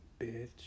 bitch